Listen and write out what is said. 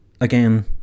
again